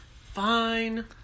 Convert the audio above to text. Fine